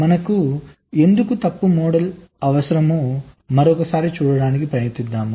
మనకు ఎందుకు తప్పు మోడల్ అవసరమో మరోసారి చూడటానికి ప్రయత్నిద్దాం